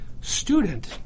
student